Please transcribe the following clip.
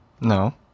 No